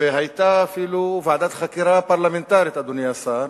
היתה אפילו ועדת חקירה פרלמנטרית, אדוני השר,